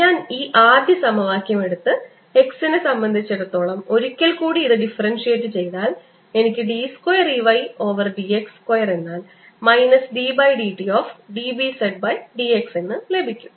ഞാൻ ഈ ആദ്യ സമവാക്യം എടുത്ത് x നെ സംബന്ധിച്ചിടത്തോളം ഇത് ഒരിക്കൽ കൂടി ഡിഫറൻഷിയേറ്റ് ചെയ്താൽ എനിക്ക് d square E y over d x square എന്നാൽ minus d by d t of d B z by d x എന്ന് ലഭിക്കും